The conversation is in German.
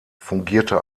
fungierte